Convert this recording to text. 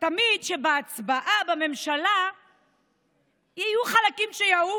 תמיד שבהצבעה בממשלה יהיו חלקים שיעופו,